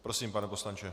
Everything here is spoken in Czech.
Prosím, pane poslanče.